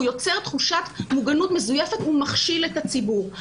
הוא יוצר תחושת מוגנות מזויפת והוא מכשיל את הציבור.